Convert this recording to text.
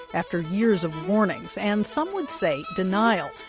after years of warnings and, some would say, denial.